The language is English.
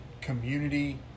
community